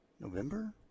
November